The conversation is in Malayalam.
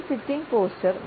നമ്മുടെ സിറ്റിംഗ് പോസ്ചർ